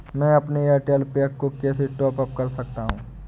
मैं अपने एयरटेल पैक को कैसे टॉप अप कर सकता हूँ?